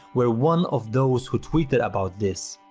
where one of those who tweeted about this.